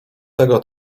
tego